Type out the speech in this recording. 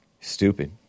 Stupid